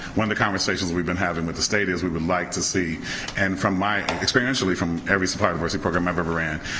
one of the conversations we've been having with the state is we would like to see, and from my experience really from every supply diversity program i've ever ran,